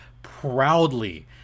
Proudly